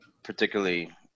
Particularly